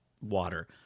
water